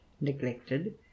neglected